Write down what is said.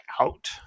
out